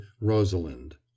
Rosalind